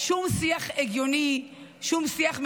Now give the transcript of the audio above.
שום שיח הגיוני, שום שיח מכובד.